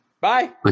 bye